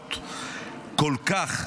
מדוברות כל כך,